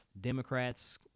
Democrats